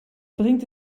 bringt